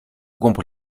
głąb